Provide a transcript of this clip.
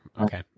okay